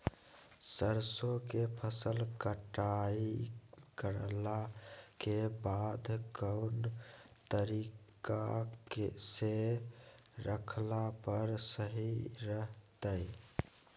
सरसों के फसल कटाई करला के बाद कौन तरीका से रखला पर सही रहतय?